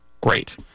Great